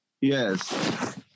Yes